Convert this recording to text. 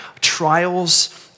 Trials